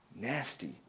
nasty